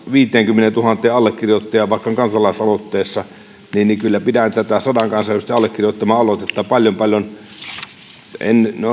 viiteenkymmeneentuhanteen allekirjoittajaan kansalaisaloitteessa niin kyllä pidän tätä sadan kansanedustajan allekirjoittamaa aloitetta paljon paljon no en